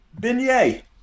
Beignet